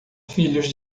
filhos